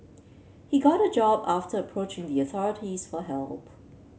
he got a job after approaching the authorities for help